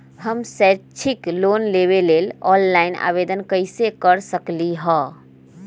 हम शैक्षिक लोन लेबे लेल ऑनलाइन आवेदन कैसे कर सकली ह?